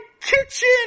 kitchen